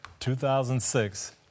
2006